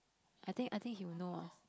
I think I think he will know lah